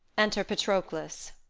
enter patroclus